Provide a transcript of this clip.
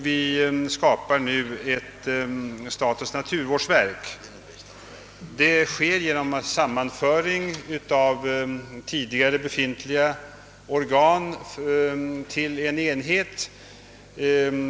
Vi skapar nu om detta till ett statens naturvårdsverk; det sker genom ett sammanförande av tidigare befintliga organ till en enhet.